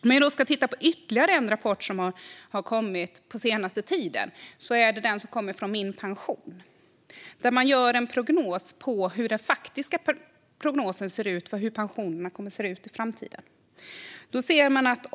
Man kan titta på ytterligare en rapport som har kommit på den senaste tiden, nämligen den som kommer från minpension.se. Där gör man en prognos på hur de faktiska pensionerna kommer att se ut i framtiden.